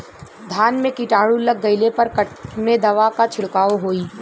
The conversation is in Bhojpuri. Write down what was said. धान में कीटाणु लग गईले पर कवने दवा क छिड़काव होई?